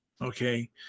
Okay